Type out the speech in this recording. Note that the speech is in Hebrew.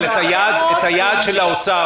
אבל את היעד של האוצר,